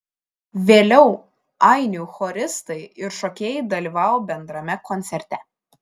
vėliau ainių choristai ir šokėjai dalyvavo bendrame koncerte